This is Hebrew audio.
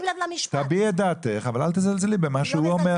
תביעי את דעתך אבל אל תזלזלי במה שהוא אומר.